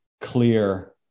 clear